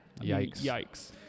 Yikes